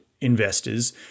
investors